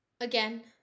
again